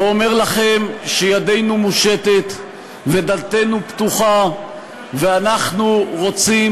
ואומר לכם שידנו מושטת ודלתנו פתוחה ואנחנו רוצים